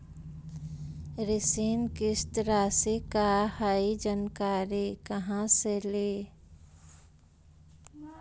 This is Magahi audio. ऋण किस्त रासि का हई जानकारी कहाँ से ली?